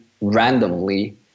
randomly